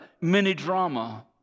mini-drama